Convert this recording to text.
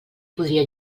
podria